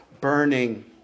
burning